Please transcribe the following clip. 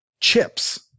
chips